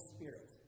Spirit